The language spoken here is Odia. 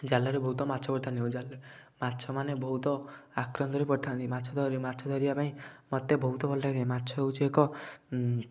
ଜାଲରେ ବହୁତ ମାଛ ପଡ଼ିଥାନ୍ତି ଓ ଜାଲରେ ମାଛ ମାନେ ବହୁତ ଆକ୍ରାନ୍ତରେ ପଡ଼ିଥାନ୍ତି ମାଛ ମାଛ ଧରିବା ପାଇଁ ମୋତେ ବହୁତ ଭଲ ଲାଗେ ମାଛ ହେଉଛି ଏକ